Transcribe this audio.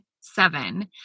seven